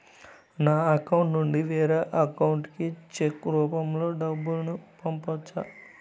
నా అకౌంట్ నుండి వేరే అకౌంట్ కి చెక్కు రూపం లో డబ్బును పంపొచ్చా?